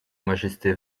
majesté